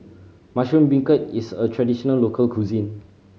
mushroom beancurd is a traditional local cuisine